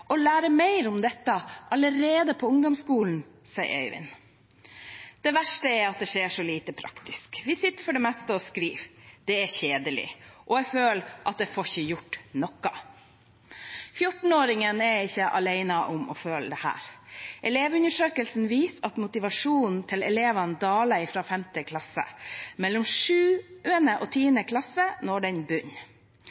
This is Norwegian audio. å lære mer om dette allerede på ungdomsskolen? Det verste er at det skjer så lite praktisk. Vi sitter for det meste og skriver. Det er kjedelig. Jeg føler ikke at jeg får gjort noe.» Fjortenåringen er ikke alene om å føle dette. Elevundersøkelsen viser at motivasjonen til elevene daler fra 5. klasse. Mellom 7. klasse og